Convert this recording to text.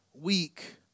week